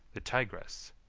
the tigris,